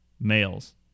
Males